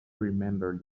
remembered